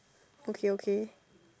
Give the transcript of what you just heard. okay okay